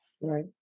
Right